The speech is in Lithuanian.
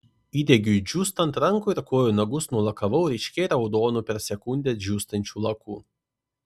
įdegiui džiūstant rankų ir kojų nagus nulakavau ryškiai raudonu per sekundę džiūstančių laku